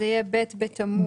אז זה יהיה ב' בתמוז.